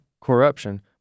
corruption